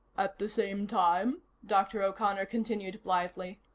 at the same time, dr. o'connor continued blithely,